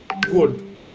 good